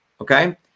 okay